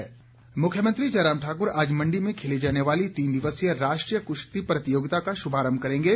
मुख्यमंत्री मुख्यमंत्री जयराम ठाक्र आज मंडी में खेले जाने वाली तीन दिवसीय राष्ट्रीय कृश्ती प्रतियोगिता का शुभारंभ करेंगे